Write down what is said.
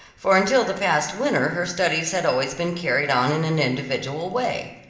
for until the past winter her studies had always been carried on in an individual way.